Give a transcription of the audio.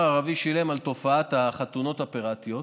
הערבי שילם על תופעת החתונות הפיראטיות